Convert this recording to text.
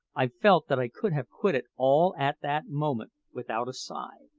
i felt that i could have quitted all at that moment without a sigh.